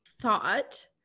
thought